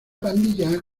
pandilla